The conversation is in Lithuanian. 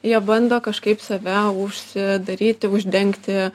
jie bando kažkaip save užsidaryti uždengti